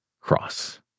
cross